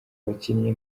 abakinnyi